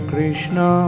Krishna